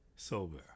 Sober